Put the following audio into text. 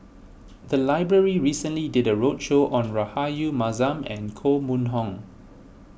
the library recently did a roadshow on Rahayu Mahzam and Koh Mun Hong